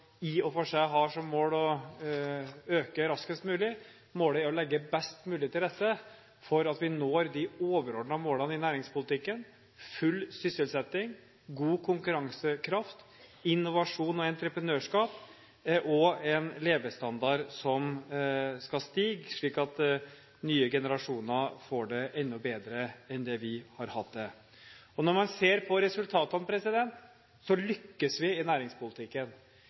i og for seg har som mål å øke raskest mulig. Målet er å legge best mulig til rette for at vi når de overordnede målene i næringspolitikken, full sysselsetting, god konkurransekraft, innovasjon og entreprenørskap og en levestandard som skal stige, slik at nye generasjoner får det enda bedre enn vi har hatt det. Når man ser på resultatene, lykkes vi i næringspolitikken.